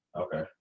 Okay